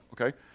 okay